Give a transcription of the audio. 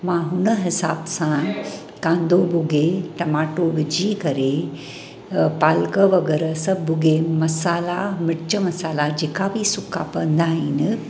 मां हुन हिसाब सां कांदो भुॻे टमाटो विझी करे अ पालक वग़ैरह सभु भुॻे मसाला मिर्च मसाला जेका बि सुका पवंदा आहिनि